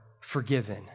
forgiven